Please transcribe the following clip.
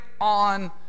on